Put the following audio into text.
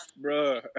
bro